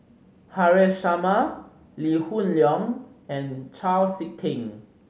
Haresh Sharma Lee Hoon Leong and Chau Sik Ting